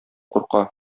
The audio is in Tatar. курка